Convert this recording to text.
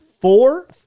four